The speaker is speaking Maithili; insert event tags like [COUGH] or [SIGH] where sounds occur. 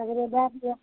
अगर एबय [UNINTELLIGIBLE]